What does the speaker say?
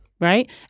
right